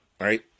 right